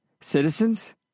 citizens